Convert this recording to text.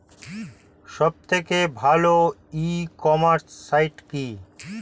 সব থেকে ভালো ই কমার্সে সাইট কী?